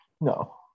no